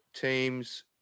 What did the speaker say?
Teams